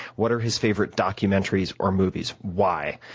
what are his favorite documentaries or movies? why?